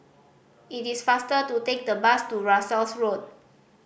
it is faster to take the bus to Russels Road